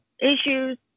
issues